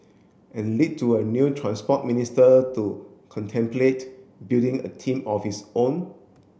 and lead to a new Transport Minister to contemplate building a team of his own